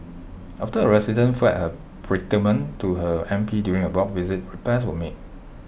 after A resident flagged her predicament to her M P during A block visit repairs were made